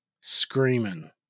Screaming